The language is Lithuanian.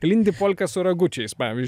lindipolka su ragučiais pavyž